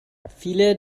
viele